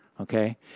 Okay